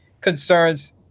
concerns